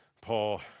Paul